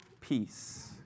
peace